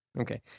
Okay